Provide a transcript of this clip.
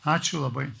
ačiū labai